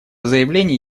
заявление